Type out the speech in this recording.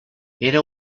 era